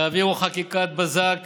תעבירו חקיקת בזק